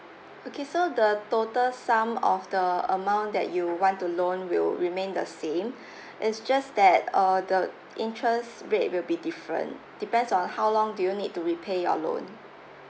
okay so the total sum of the amount that you want to loan will remain the same it's just that uh the interest rate will be different depends on how long do you need to repay your loan